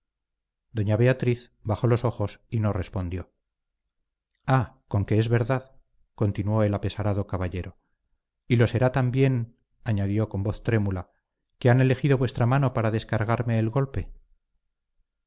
doña beatriz bajó los ojos y no respondió ah conque es verdad continuó el apesarado caballero y lo será también añadió con voz trémula que han elegido vuestra mano para descargarme el golpe